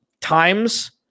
times